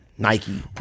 Nike